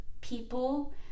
people